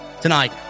tonight